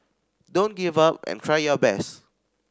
don't give up and try your best